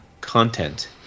content